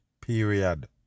period